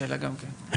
השאלה גם כן.